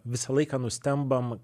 visą laiką nustembam